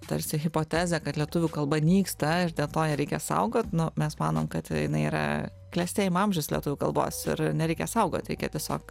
tarsi hipotezę kad lietuvių kalba nyksta ir dėl to ją reikia saugot nu mes manom kad jinai yra klestėjimo amžius lietuvių kalbos ir nereikia saugot reikia tiesiog